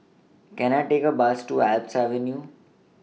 Can I Take A Bus to Alps Avenue